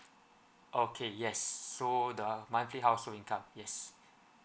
okay yes so the monthly household income yes